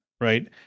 right